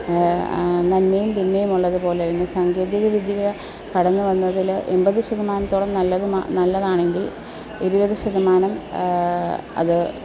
നന്മയും തിന്മയും ഉള്ളതുപോല തന്നെ സാങ്കേതികവിദ്യകൾ കടന്ന് വന്നതിൽ എൺപത് ശതമാനത്തോളം നല്ലത് നല്ലതാണെങ്കിൽ ഇരുപത് ശതമാനം അത്